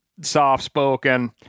soft-spoken